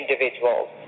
individuals